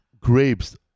grapes